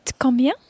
combien